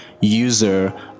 user